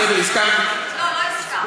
בסדר, הזכרתי, לא, לא הזכרת.